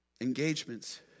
Engagements